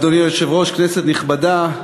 אדוני היושב-ראש, כנסת נכבדה,